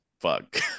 fuck